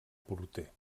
porter